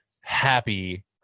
happy